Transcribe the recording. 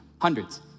hundreds